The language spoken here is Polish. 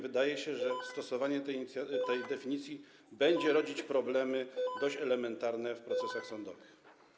Wydaje się, że stosowanie tej definicji będzie rodzić problemy dość elementarne w procesach sądowych.